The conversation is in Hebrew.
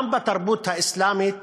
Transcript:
גם בתרבות האסלאמית